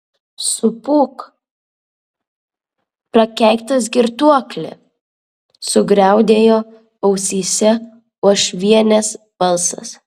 supūk prakeiktas girtuokli sugriaudėjo ausyse uošvienės balsas